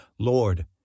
Lord